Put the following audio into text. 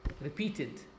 repeated